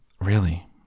Really